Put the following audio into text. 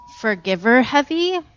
forgiver-heavy